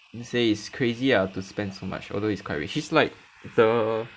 and say is crazy ah to spend so much although he's quite rich he's like the